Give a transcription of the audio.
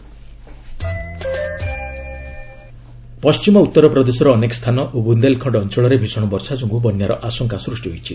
flood ପଣ୍ଟିମ ଉତ୍ତରପ୍ରଦେଶର ଅନେକ ସ୍ଥାନ ଓ ବୁନ୍ଦେଲଖଣ୍ଡ ଅଞ୍ଚଳରେ ଭିଷଣ ବର୍ଷା ଯୋଗୁଁ ବନ୍ୟାର ଆଶଙ୍କା ସୃଷ୍ଟି ହୋଇଛି